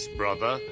brother